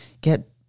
get